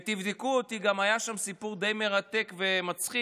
ותבדקו אותי, היה שם גם סיפור די מרתק ומצחיק